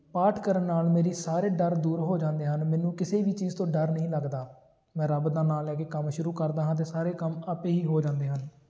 ਪਾਠ ਕਰਨ ਨਾਲ ਮੇਰੀ ਸਾਰੇ ਡਰ ਦੂਰ ਹੋ ਜਾਂਦੇ ਹਨ ਮੈਨੂੰ ਕਿਸੇ ਵੀ ਚੀਜ਼ ਤੋਂ ਡਰ ਨਹੀਂ ਲੱਗਦਾ ਮੈਂ ਰੱਬ ਦਾ ਨਾਂ ਲੈ ਕੇ ਕੰਮ ਸ਼ੁਰੂ ਕਰਦਾ ਹਾਂ ਅਤੇ ਸਾਰੇ ਕੰਮ ਆਪੇ ਹੀ ਹੋ ਜਾਂਦੇ ਹਨ